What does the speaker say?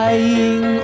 Dying